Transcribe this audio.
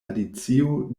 alicio